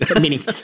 meaning